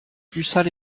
ussat